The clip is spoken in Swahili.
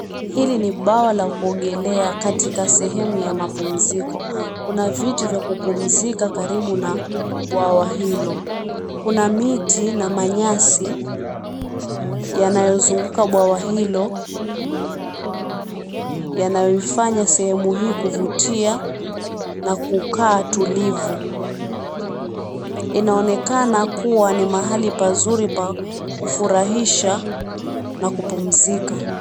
Hili ni bwawa la kuogelea katika sehemu ya mapumziko. Kuna viti vya kupumzika karibu na bwawa hilo. Kuna miti na manyasi yanayozunguka bwawa hilo yanaoifanya sehemu hii kuvutia na kukaa tulivu. Inaonekana kua ni mahali pazuri pa kufurahisha na kupumzika.